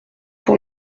pour